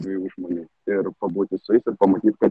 dviejų žmonių ir pabūti su jais ir pamatyt kad